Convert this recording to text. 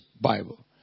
Bible